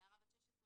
נערה בת 16.5